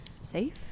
safe